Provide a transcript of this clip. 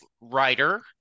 writer